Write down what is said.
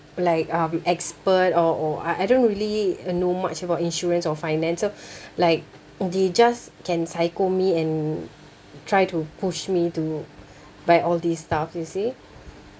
like um expert or or I I don't really uh know much about insurance or finance so like they just can psycho me and try to push me to buy all these stuff you see